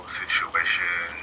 situation